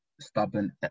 stubborn